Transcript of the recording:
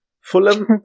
Fulham